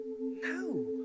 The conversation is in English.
No